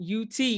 UT